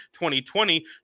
2020